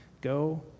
Go